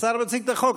השר מציג את החוק.